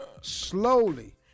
Slowly